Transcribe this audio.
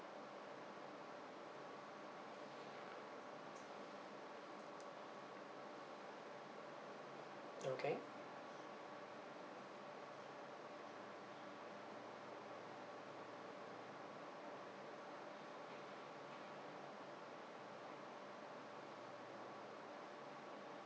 okay